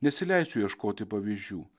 nesileisiu ieškoti pavyzdžių